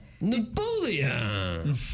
Napoleon